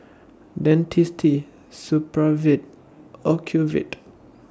Dentiste Supravit Ocuvite